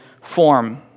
form